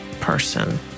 person